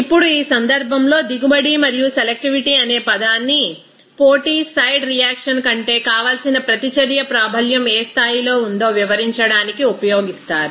ఇప్పుడు ఈ సందర్భంలో దిగుబడి మరియు సెలెక్టివిటీ అనే పదాన్ని పోటీ సైడ్ రియాక్షన్ కంటే కావలసిన ప్రతిచర్య ప్రాబల్యం ఏ స్థాయిలో ఉందో వివరించడానికి ఉపయోగిస్తారు